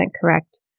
correct